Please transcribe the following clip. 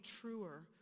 truer